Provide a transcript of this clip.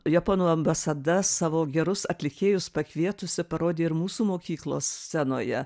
japonų ambasada savo gerus atlikėjus pakvietusi parodė ir mūsų mokyklos scenoje